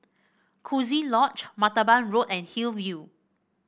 Coziee Lodge Martaban Road and Hillview